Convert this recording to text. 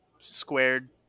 squared